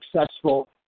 successful